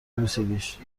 بوسیدیش